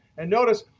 and notice,